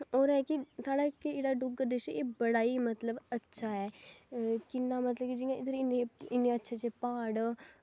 और इक एह् ऐ कि साढ़े जेह्ड़ा डुग्गर देश ऐ बड़ा इ मतलव अच्छा ऐ किन्ना मतलव कि जियां इध्दर इन्ने अच्छे अच्छे प्हाड़